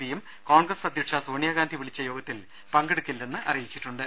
പിയും കോൺഗ്രസ് അധ്യക്ഷ സോണിയാ ഗാന്ധി വിളിച്ച യോഗത്തിൽ പങ്കെടുക്കില്ലെന്ന് അറിയിച്ചിട്ടുണ്ട്